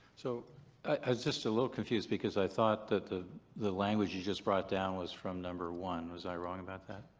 ah just a little confused because i thought that the the language you just brought down was from number one. was i wrong about that?